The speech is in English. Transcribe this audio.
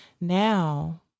now